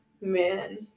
Man